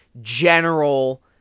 general